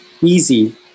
easy